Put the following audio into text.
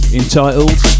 entitled